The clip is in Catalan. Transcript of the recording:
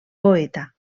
poeta